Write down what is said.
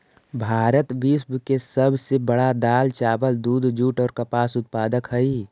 भारत विश्व के सब से बड़ा दाल, चावल, दूध, जुट और कपास उत्पादक हई